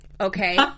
Okay